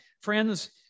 friends